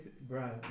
bro